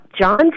John